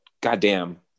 goddamn